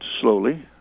slowly